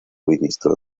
ministro